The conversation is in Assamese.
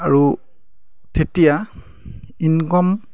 আৰু তেতিয়া ইনকম